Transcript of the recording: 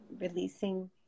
releasing